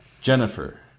Jennifer